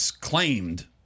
claimed